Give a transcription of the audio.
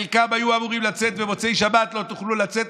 חלקם היו אמורים לצאת במוצאי שבת: לא תוכלו לצאת.